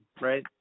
right